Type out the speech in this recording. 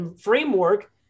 framework